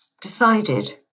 decided